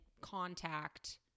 contact